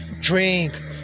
drink